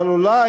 אבל אולי,